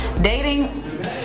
dating